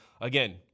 Again